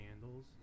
Candles